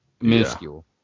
minuscule